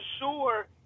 sure